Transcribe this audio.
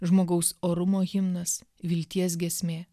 žmogaus orumo himnas vilties giesmė